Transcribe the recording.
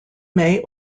may